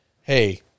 hey